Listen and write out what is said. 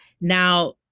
Now